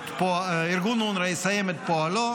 פועלו,